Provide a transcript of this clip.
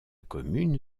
commune